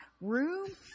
room